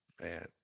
Man